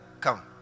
come